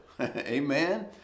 amen